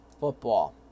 football